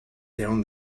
down